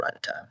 runtime